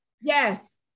Yes